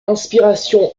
inspiration